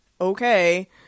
Okay